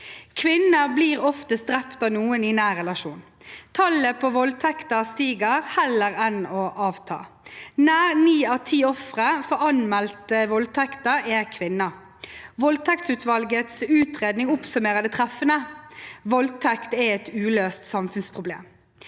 Kvinner blir oftest drept av noen i nær relasjon. Tallet på voldtekter stiger heller enn å avta. Nær ni av ti ofre for anmeldte voldtekter er kvinner. Voldtektsutvalgets utredning oppsummerer det treffende: Voldtekt er et uløst samfunnsproblem.